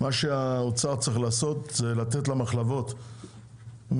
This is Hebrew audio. מה שהאוצר צריך לעשות זה לתת למחלבות 100